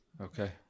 Okay